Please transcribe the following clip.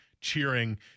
cheering